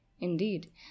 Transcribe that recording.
indeed